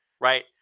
right